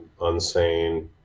Unsane